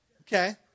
Okay